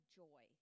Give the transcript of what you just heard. joy